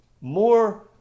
more